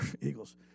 Eagles